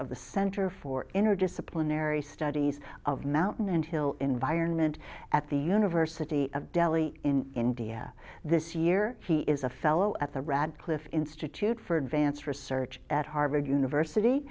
of the center for energy supply unary studies of mountain and hill environment at the university of delhi in india this year he is a fellow at the radcliffe institute for advanced research at harvard university